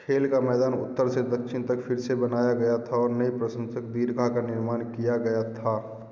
खेल का मैदान उत्तर से दक्षिण तक फिर से बनाया गया था और नई प्रशंसक दीर्घा का निर्माण किया गया था